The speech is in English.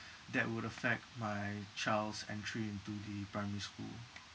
that would affect my child's entry into the primary school